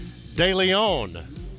DeLeon